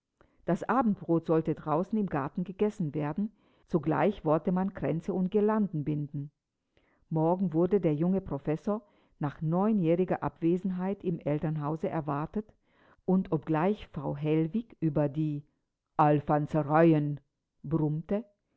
das abendbrot sollte draußen im garten gegessen werden zugleich wollte man kränze und guirlanden binden morgen wurde der junge professor nach neunjähriger abwesenheit im elternhause erwartet und obgleich frau hellwig über die alfanzereien brummte